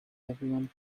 everyone